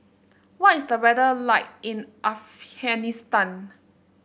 what is the weather like in Afghanistan